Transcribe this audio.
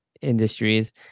industries